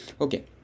okay